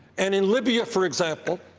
and in libya, for example,